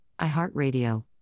iHeartRadio